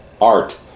Art